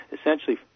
essentially